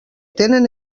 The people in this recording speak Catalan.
tenen